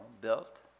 built